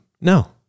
no